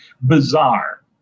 bizarre